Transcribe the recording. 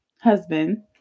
husband